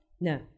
No